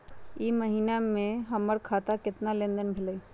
ई महीना में हमर खाता से केतना लेनदेन भेलइ?